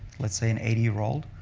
let's say an eighty year old,